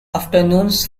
afternoons